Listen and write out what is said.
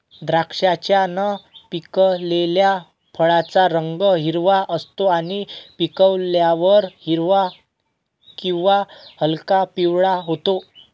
द्राक्षाच्या न पिकलेल्या फळाचा रंग हिरवा असतो आणि पिकल्यावर हिरवा किंवा हलका पिवळा होतो